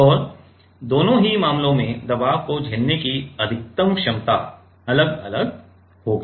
और दोनों ही मामलों में दबाव को झेलने की अधिकतम क्षमता अलग अलग होगी